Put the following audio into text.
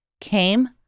came